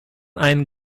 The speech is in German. einen